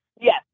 Yes